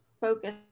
focus